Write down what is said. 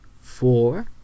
four